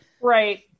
right